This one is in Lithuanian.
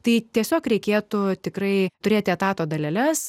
tai tiesiog reikėtų tikrai turėti etato daleles